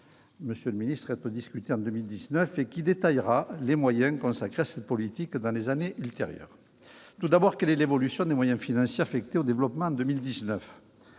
devrait intervenir en 2019 et qui détaillera les moyens consacrés à cette politique dans les années ultérieures. Tout d'abord, quelle est l'évolution des moyens financiers affectés au développement en 2019 ?